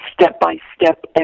step-by-step